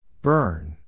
Burn